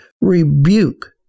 Rebuke